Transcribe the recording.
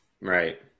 Right